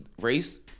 Race